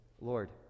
lord